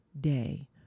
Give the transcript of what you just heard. day